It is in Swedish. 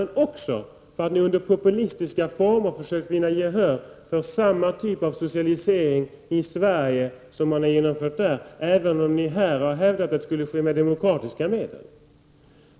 Men ni har också ett ansvar för att ni under populistiska former försökt vinna gehör för samma typ av socialisering i Sverige som man har genomfört i Östeuropa, även om ni har hävdat att det i Sverige skulle ske med demokratiska medel.